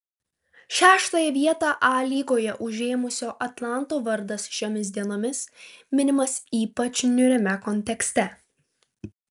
šeštąją vietą a lygoje užėmusio atlanto vardas šiomis dienomis minimas ypač niūriame kontekste